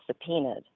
subpoenaed